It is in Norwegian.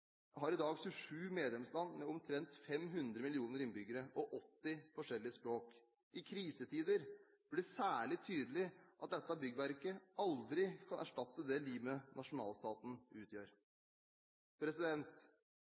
har i dag 27 medlemsland med omtrent 500 millioner innbyggere og 80 forskjellige språk. I krisetider blir det særlig tydelig at dette byggverket aldri kan erstatte det limet nasjonalstaten